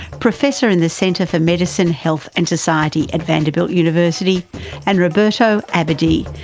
professor in the centre for medicine, health and society at vanderbilt university and roberto abadie,